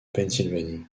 pennsylvanie